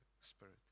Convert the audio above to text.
spirit